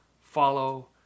follow